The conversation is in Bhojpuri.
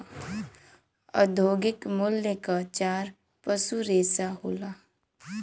औद्योगिक मूल्य क चार पसू रेसा होला